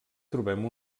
trobem